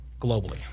globally